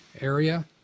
area